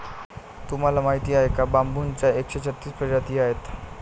तुम्हाला माहीत आहे का बांबूच्या एकशे छत्तीस प्रजाती आहेत